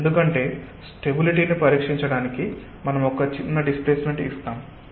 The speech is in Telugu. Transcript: ఎందుకంటే స్టెబిలిటీ ని పరీక్షించడానికి మనం ఒక చిన్న డిస్ప్లేస్మెంట్ ఇస్తాము